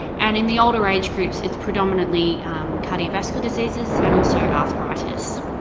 and in the older age groups it's predominantly cardiovascular diseases and also arthritis.